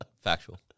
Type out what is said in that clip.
Factual